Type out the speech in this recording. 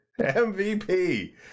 MVP